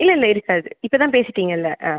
இல்லைல்ல இருக்காது இப்போ தான் பேசிட்டிங்கல்ல ஆ